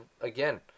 again